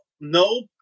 no